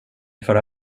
förra